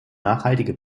nachhaltige